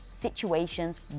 situations